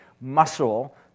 muscle